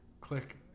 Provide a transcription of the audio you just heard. Click